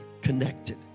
connected